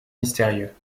mystérieux